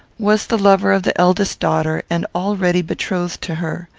was the lover of the eldest daughter, and already betrothed to her.